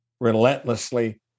Relentlessly